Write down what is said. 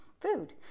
food